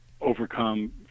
overcome